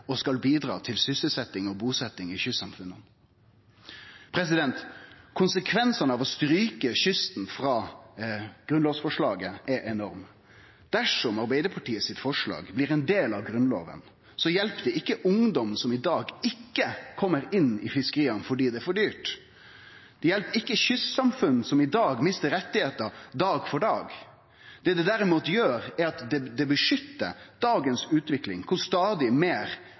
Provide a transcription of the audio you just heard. skal bidra til sysselsetting og bosetting i kystsamfunnene» i sitt forslag. Konsekvensane av å stryke kysten frå grunnlovsforslaget er enorme. Dersom forslaget frå Arbeidarpartiet blir ein del av Grunnloven, hjelper det ikkje ungdom som i dag ikkje kjem inn i fiskeria fordi det er for dyrt. Det hjelper ikkje kystsamfunn som i dag mistar rettar dag for dag. Det som det derimot gjer, er at det beskyttar utviklinga i dag, der stadig meir